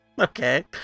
okay